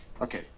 Okay